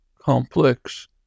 complex